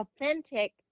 authentic